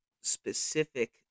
specific